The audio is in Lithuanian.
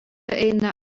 eina